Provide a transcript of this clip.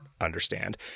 understand